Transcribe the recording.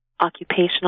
occupational